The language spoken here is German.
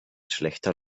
schlechter